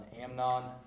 Amnon